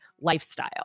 lifestyle